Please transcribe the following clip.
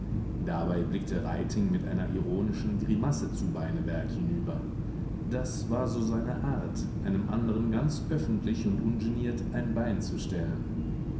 dabei blickte reiting mit einer ironischen grimasse zu beineberg hinüber das war so seine art einem anderen ganz öffentlich und ungeniert ein bein zu stellen